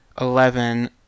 Eleven